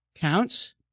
counts